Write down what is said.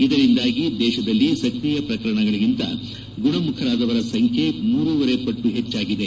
ಇದರಿಂದಾಗಿ ದೇಶದಲ್ಲಿ ಸ್ಕ್ರೀಯ ಪ್ರಕರಣಗಳಿಂತ ಗುಣಮುಖರಾದವರ ಸಂಖ್ಯೆ ಮೂರೂವರೆ ಪಟ್ಟು ಹೆಚ್ಚಾಗಿದೆ